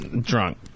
drunk